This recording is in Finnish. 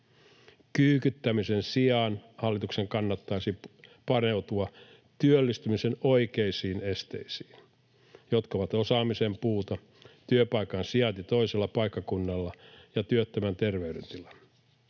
Kyykyttämisen sijaan hallituksen kannattaisi paneutua työllistymisen oikeisiin esteisiin, jotka ovat osaamisen puute, työpaikan sijainti toisella paikkakunnalla ja työttömän terveydentila.